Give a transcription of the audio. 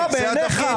בעיניך.